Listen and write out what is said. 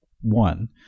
One